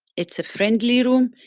it's a friendly room,